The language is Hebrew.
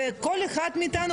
זה כל אחד מאיתנו,